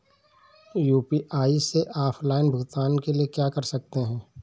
UPI से offline भुगतान के लिए क्या कर सकते हैं?